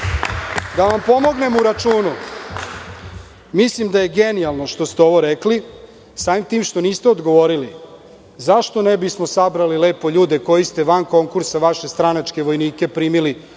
vam pomognem u računu, mislim da je genijalno ovo što ste rekli, samim tim što niste odgovorili zašto ne bismo sabrali lepo ljude koje ste van konkursa vaše stranačke vojnike primili